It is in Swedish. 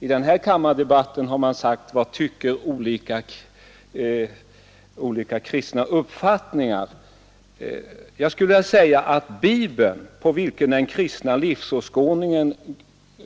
I den här kammardebatten har man sagt: Vad tycker olika kristna uppfattningar? Bibeln, på vilken den kristna livsåskådningen